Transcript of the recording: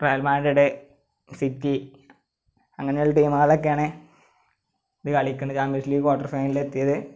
trial മാൻ്റഡെ city അങ്ങനെയുള്ള ടീമുകളൊക്കെയാണ് ഇത് കളിക്കണത് ചാമ്പ്യന്സ് ലീഗ് കോട്ടര് ഫൈനലിൽ എത്തിയത്